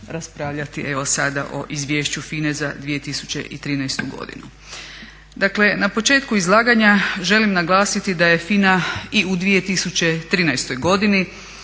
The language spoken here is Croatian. raspravljati evo sada o izvješću FINA-e za 2013.godinu. Dakle, na početku izlaganja želim naglasiti da je FINA i u 2013.godini